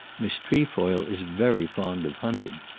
miss trefoil is very fond of hunting.